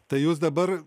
tai jūs dabar